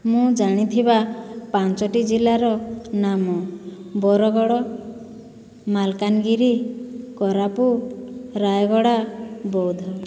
ମୁଁ ଜାଣିଥିବା ପାଞ୍ଚୋଟି ଜିଲ୍ଲାର ନାମ ବରଗଡ଼ ମାଲକାନଗିରି କୋରାପୁଟ ରାୟଗଡ଼ା ବୌଦ୍ଧ